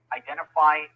identify